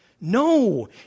No